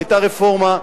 היתה רפורמה,